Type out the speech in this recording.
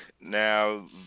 now